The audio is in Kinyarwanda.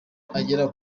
agera